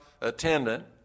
attendant